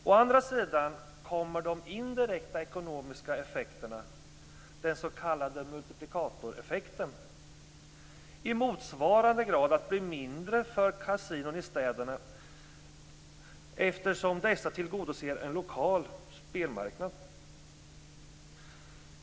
Å andra sidan kommer de indirekta ekonomiska effekterna - den s.k. multiplikatoreffekten - i motsvarande grad att bli mindre för kasinon i städerna eftersom dessa tillgodoser en lokal spelmarknad.